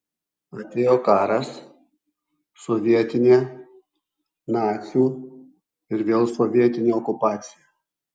atėjo karas sovietinė nacių ir vėl sovietinė okupacija